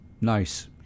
Nice